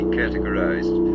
categorized